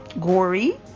gory